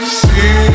see